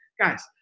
guys